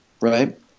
right